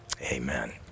amen